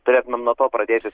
turėtumėm nuo to pradėti